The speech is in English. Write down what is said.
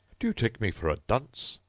do you take me for a dunce?